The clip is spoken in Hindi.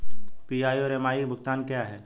पी.आई और एम.आई भुगतान क्या हैं?